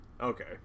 Okay